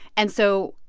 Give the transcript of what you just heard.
and so,